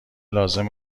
لازم